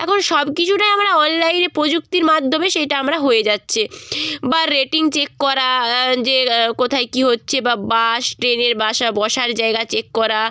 এখন সব কিছুটাই আমরা অনলাইনে প্রযুক্তির মাধ্যমে সেটা আমরা হয়ে যাচ্ছে বা রেটিং চেক করা যে কোথায় কী হচ্ছে বা বাস ট্রেনের বসা বসার জায়গা চেক করা